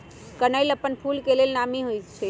कनइल अप्पन फूल के लेल नामी हइ